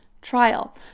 trial